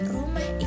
Rumah